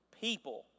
people